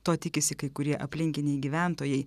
to tikisi kai kurie aplinkiniai gyventojai